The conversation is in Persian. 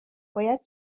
باید